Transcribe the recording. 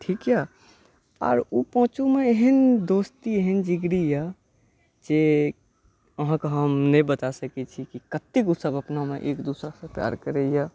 ठीक यऽ आर ओ पांचूमे एहेन दोस्ती एहेन जिगरी यऽ जे आहाँकेॅं हम नहि बताय सकै छी कि कतेक ओ सब अपनामे एक दोसर सँ प्यार करैया